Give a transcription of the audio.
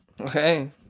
Okay